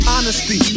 Honesty